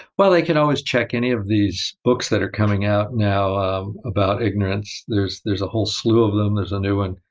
they can always check any of these books that are coming out now about ignorance, there's there's a whole slew of them. there's a new one,